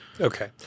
Okay